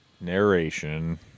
Narration